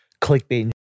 Clickbait